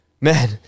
man